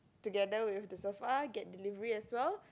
together with the sofa get the delivery as well